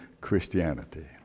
Christianity